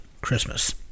Christmas